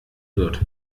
wird